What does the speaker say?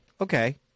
okay